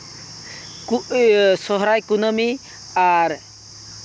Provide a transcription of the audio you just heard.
ᱥᱚᱦᱚᱨᱟᱭ ᱠᱩᱱᱟᱹᱢᱤ ᱟᱨ